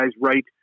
right